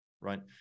right